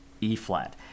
E-flat